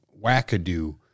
wackadoo